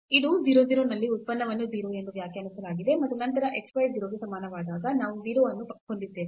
ಇದು 0 0 ನಲ್ಲಿ ಉತ್ಪನ್ನವನ್ನು 0 ಎಂದು ವ್ಯಾಖ್ಯಾನಿಸಲಾಗಿದೆ ಮತ್ತು ನಂತರ x y 0 ಗೆ ಸಮಾನವಾದಾಗ ನಾವು 0 ಅನ್ನು ಹೊಂದಿದ್ದೇವೆ